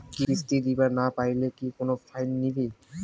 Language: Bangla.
কিস্তি দিবার না পাইলে কি কোনো ফাইন নিবে?